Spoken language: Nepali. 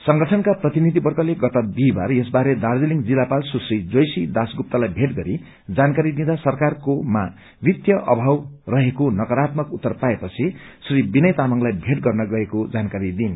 संगठनका प्रतिनिधिवर्गले गत विहिबार यस बारे दार्जीलिङ जिल्लापाल सुश्री जोयर्सा दासगुप्तालाई बेटी गरी जानकारी दिँदा सरकारको वित्तिय अमाव रहेको नकारात्मक उत्तर पाए पछि श्री विनय तामाङलाई भेट गर्न गएको जानकारी दिइन्